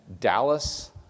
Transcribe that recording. Dallas